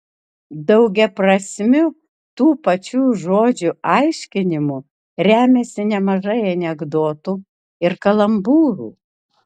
daugiaprasmiu tų pačių žodžių aiškinimu remiasi nemažai anekdotų ir kalambūrų